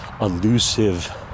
elusive